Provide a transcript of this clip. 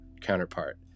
counterpart